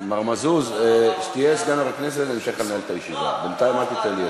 מר מזוז, כשתהיה סגן יושב-ראש הכנסת אני אתן לך